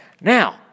Now